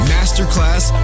Masterclass